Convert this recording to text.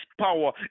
power